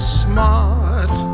smart